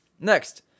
Next